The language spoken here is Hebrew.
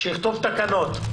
שיכתוב תקנות.